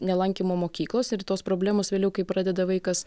nelankymo mokyklos ir tos problemos vėliau kai pradeda vaikas